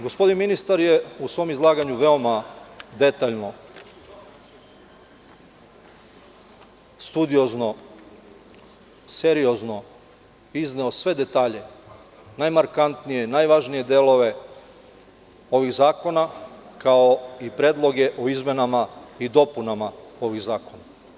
Gospodin ministar je u svom izlaganju veoma detaljno, studiozno izneo sve detalje, najmarkatnije, najvažnije delove ovih zakona, kao i predloge o izmenama i dopunama ovih zakona.